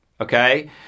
Okay